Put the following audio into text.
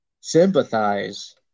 sympathize